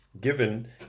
given